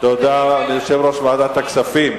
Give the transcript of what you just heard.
לא, תודה ליושב-ראש ועדת הכספים.